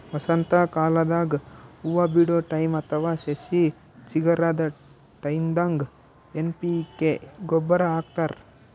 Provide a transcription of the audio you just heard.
ವಸಂತಕಾಲದಾಗ್ ಹೂವಾ ಬಿಡೋ ಟೈಮ್ ಅಥವಾ ಸಸಿ ಚಿಗರದ್ ಟೈಂದಾಗ್ ಎನ್ ಪಿ ಕೆ ಗೊಬ್ಬರ್ ಹಾಕ್ತಾರ್